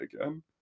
again